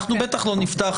אנחנו בטח לא נפתח.